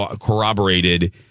corroborated